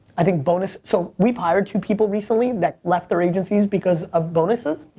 i think bonuses, so we've hired two people recently that left their agencies because of bonuses.